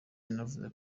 yanavuze